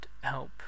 help